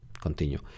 continue